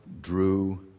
drew